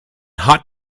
hot